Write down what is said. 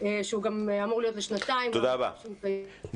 שגם אמור להיות לשנתיים --- דבורה,